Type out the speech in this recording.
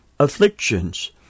afflictions